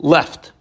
Left